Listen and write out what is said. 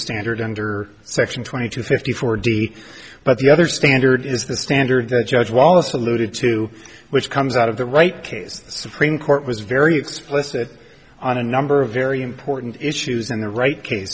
standard under section twenty to fifty four d but the other standard is the standard that judge wallace alluded to which comes out of the right case supreme court was very explicit on a number of very important issues and the right